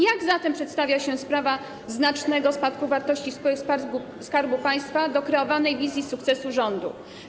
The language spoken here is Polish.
Jak zatem przedstawia się sprawa znacznego spadku wartości spółek Skarbu Państwa wobec kreowanej wizji sukcesu rządu?